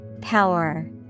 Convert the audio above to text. Power